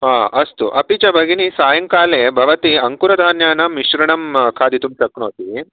अस्तु अपि च भगिनि सायङ्काले भवती अङ्कुरधान्यानां मिश्रणं खादितुं शक्नोति